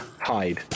hide